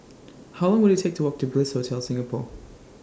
How Long Will IT Take to Walk to Bliss Hotel Singapore